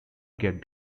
get